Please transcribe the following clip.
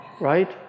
right